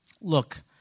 look